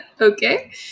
okay